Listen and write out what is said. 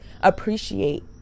appreciate